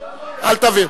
אל תבהיר.